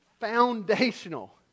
Foundational